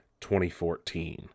2014